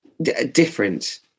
different